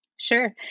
Sure